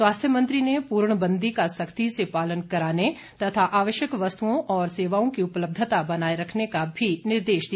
स्वास्थ्य मंत्री ने पूर्णबंदी का सख्ती से पालन कराने तथा आवश्यक वस्तुओं और सेवाओं की उपलब्धता बनाए रखने का भी निर्देश दिया